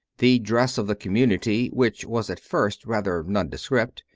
the dress of the community, which was at first rather nondescript,